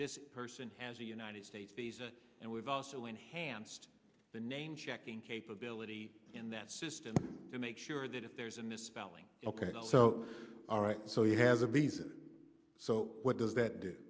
this person has a united states basis and we've also enhanced the name checking capability in that system to make sure that if there's a misspelling ok so all right so you have a visa so what does that do